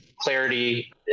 clarity